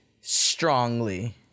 strongly